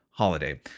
holiday